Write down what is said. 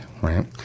Right